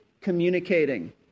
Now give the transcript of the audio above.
communicating